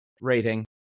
rating